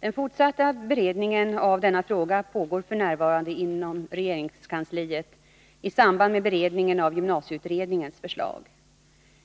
Den fortsatta beredningen av denna fråga pågår f. n. inom regeringskansliet i samband med beredningen av gymnasieutredningens förslag.